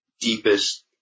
deepest